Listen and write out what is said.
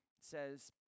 says